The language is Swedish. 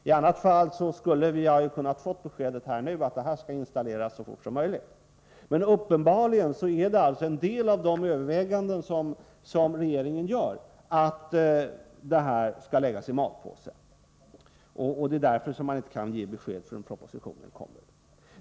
I annat fall skulle vi ju ha kunnat få beskedet här nu, att systemet skall installeras så fort som möjligt. Uppenbarligen är det en del i de överväganden som regeringen gör att det skall läggas i malpåse, och därför kan man inte ge besked förrän propositionen kommer.